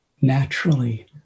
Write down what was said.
naturally